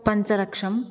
पञ्चलक्षम्